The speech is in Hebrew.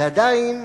ועדיין